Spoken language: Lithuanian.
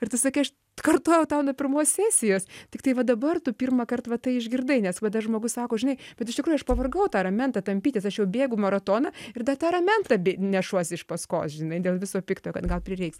ir tu sakai aš kartojau tau nuo pirmos sesijos tiktai va dabar tu pirmąkart va tai išgirdai nes va dar žmogus sako žinai bet iš tikrųjų aš pavargau tą ramentą tampytis aš jau bėgu maratoną ir dar tą ramentą nešuosi iš paskos žinai dėl viso pikto kad gal prireiks